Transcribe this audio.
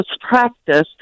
practice